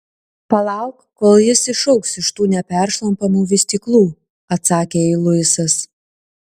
palauk kol jis išaugs iš tų neperšlampamų vystyklų atsakė jai luisas